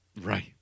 right